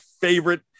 favorite